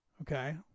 okay